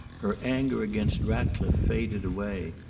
her anger against ratcliffe faded away.